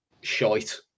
shite